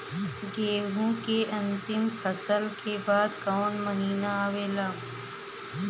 गेहूँ के अंतिम फसल के बाद कवन महीना आवेला?